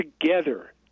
together